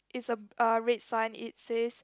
it's a uh red sign it says